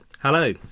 Hello